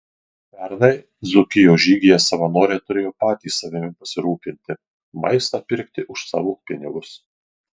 pernai dzūkijos žygyje savanoriai turėjo patys savimi pasirūpinti maistą pirkti už savo pinigus